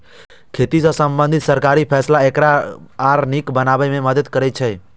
खेती सं संबंधित सरकारी फैसला एकरा आर नीक बनाबै मे मदति करै छै